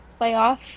Playoff